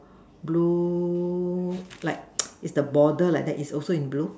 blue like it's the border like that it's also in blue